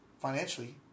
financially